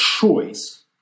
choice